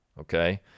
okay